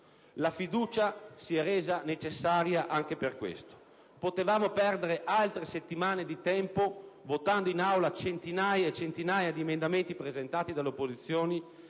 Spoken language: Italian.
La fiducia si è resa necessaria anche per questo. Potevamo perdere altre settimane di tempo votando in Aula centinaia e centinaia di emendamenti presentati dalle opposizioni,